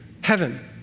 heaven